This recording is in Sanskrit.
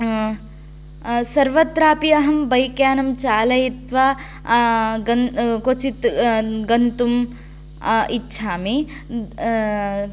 सर्वत्रापि अहं बैक् यानं चालयित्वा गन् क्वचित् गन्तुं इच्छामि